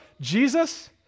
Jesus